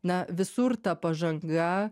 na visur ta pažanga